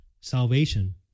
salvation